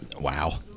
Wow